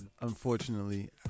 unfortunately